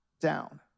down